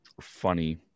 funny